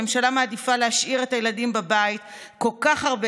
הממשלה מעדיפה להשאיר את הילדים בבית כל כך הרבה